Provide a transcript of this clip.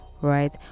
right